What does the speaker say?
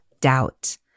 doubt